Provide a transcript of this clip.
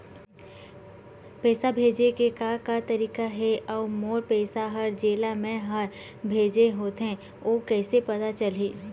पैसा भेजे के का का तरीका हे अऊ मोर पैसा हर जेला मैं हर भेजे होथे ओ कैसे पता चलही?